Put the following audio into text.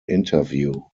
interview